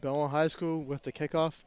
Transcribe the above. go high school with the kick off